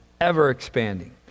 ever-expanding